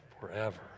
Forever